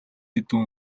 хэдэн